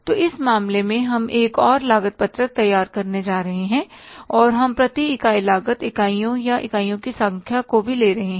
तो इस मामले में हम एक और लागत पत्रक तैयार करने जा रहे हैं और हम प्रति इकाई लागत इकाइयों या इकाइयों की संख्या को भी ले रहे हैं